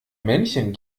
männchen